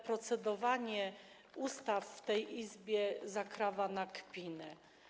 Procedowanie nad ustawami w tej Izbie zakrawa na kpinę.